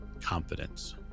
confidence